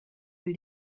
will